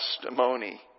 testimony